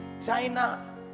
China